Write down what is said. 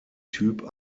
typ